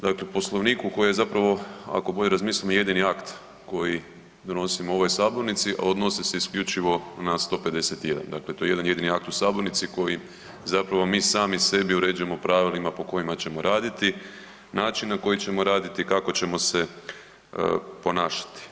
Dakle, Poslovniku koji je zapravo, ako bolje razmislimo, jedini akt koji donosimo u ovoj sabornici, a odnosi se isključivo na 151, dakle to je jedan jedini akt u sabornici koji zapravo mi sami sebi uređujemo pravilima po kojima ćemo raditi, način na koji ćemo raditi, kako ćemo se ponašati.